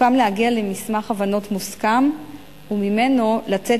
סוכם להגיע למסמך הבנות מוסכם וממנו לצאת